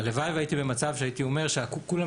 הלוואי והייתי במצב שהייתי אומר שכולם